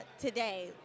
today